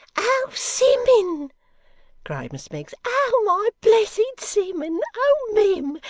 oh simmun cried miss miggs. oh my blessed simmun! oh mim!